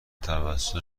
توسط